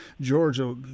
Georgia